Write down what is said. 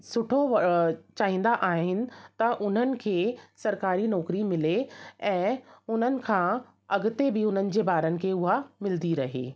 सुठो चाहींदा आहिनि त उन्हनि खे सरकारी नौकिरी मिले ऐं उन्हनि खां अॻिते बि उन्हनि जे ॿारनि खे उहा मिलंदी रहे